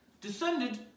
descended